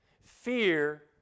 Fear